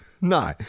No